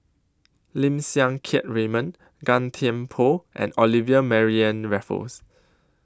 Lim Siang Keat Raymond Gan Thiam Poh and Olivia Mariamne Raffles